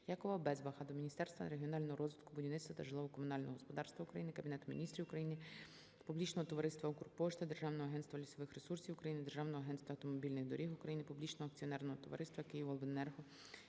Якова Безбаха до Міністерства регіонального розвитку, будівництва та житлово-комунального господарства України, Кабінету Міністрів України, Публічного товариства "Укрпошта", Державного агентства лісових ресурсів України, Державного агентства автомобільних доріг України, Публічного акціонерного товариства «Київобленерго»,